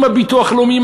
עם הביטוח הלאומי,